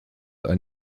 are